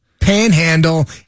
panhandle